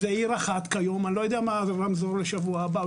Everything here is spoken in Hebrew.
זו עיר אחת כיום אני לא יודע מה הרמזור יהיה בשבוע הבא,